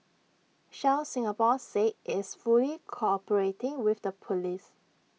Shell Singapore said it's fully cooperating with the Police